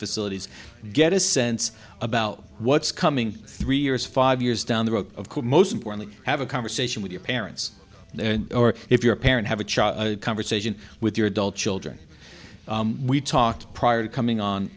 facilities get a sense about what's coming three years five years down the road of course most importantly have a conversation with your parents or if you're a parent have a child a conversation with your adult children we talked prior to coming on